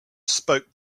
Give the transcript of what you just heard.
spoke